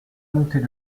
montée